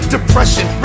Depression